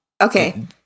Okay